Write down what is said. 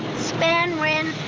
span. ren,